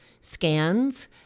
scans